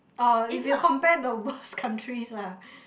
oh if you compare the worst countries lah